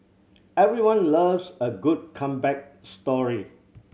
everyone loves a good comeback story